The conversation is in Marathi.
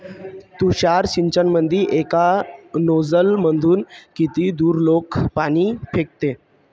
तुषार सिंचनमंदी एका नोजल मधून किती दुरलोक पाणी फेकते?